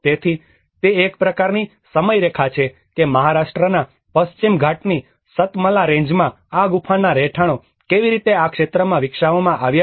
તેથી તે એક પ્રકારની સમયરેખા છે કે મહારાષ્ટ્રના પશ્ચિમ ઘાટની સત્મલા રેન્જમાં આ ગુફાના રહેઠાણો કેવી રીતે આ ક્ષેત્રમાં વિકસાવવામાં આવ્યા છે